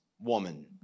woman